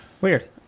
Weird